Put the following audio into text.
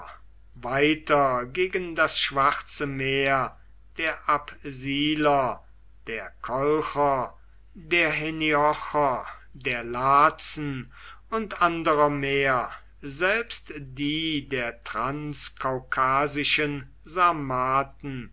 weiter gegen das schwarze meer der apsiler der kolcher der heniocher der lazen und anderer mehr selbst die der transkaukasischen